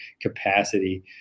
capacity